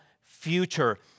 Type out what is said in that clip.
future